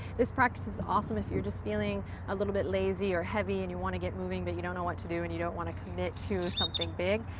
this practice is awesome if you're just feeling a little bit lazy or heavy and you want to get moving, but you don't know what to do and you don't want to commit to something big.